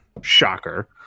Shocker